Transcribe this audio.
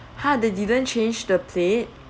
ha they didn't change the plate